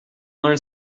learn